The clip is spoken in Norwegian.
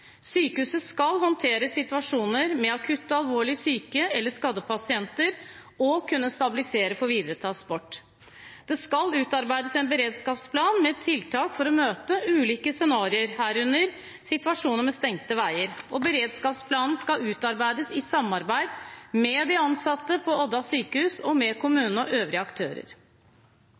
Sykehuset skal håndtere situasjoner med akutt og alvorlig syke eller skadde pasienter og kunne stabilisere for videre transport. Det skal utarbeides en beredskapsplan med tiltak for å møte ulike scenarioer, herunder situasjoner med stengte veier, og beredskapsplanen skal utarbeides i samarbeid med de ansatte på Odda sjukehus og med kommunen og øvrige aktører.